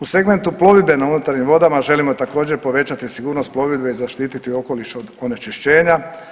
U segmentu plovidbe na unutarnjim vodama želimo također povećati sigurnost plovidbe i zaštiti okoliš od onečišćenja.